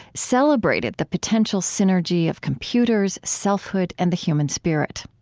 celebrated the potential synergy of computers, selfhood, and the human spirit.